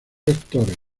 lectores